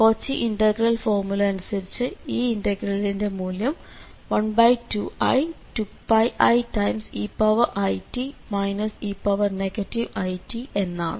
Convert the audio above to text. Cauchy integral formula അനുസരിച്ച് ഈ ഇന്റഗ്രലിന്റെ മൂല്യം 12i2πieit e it എന്നാണ്